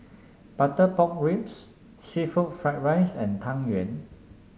Butter Pork Ribs seafood Fried Rice and Tang Yuen